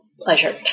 pleasure